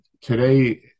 today